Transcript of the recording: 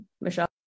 Michelle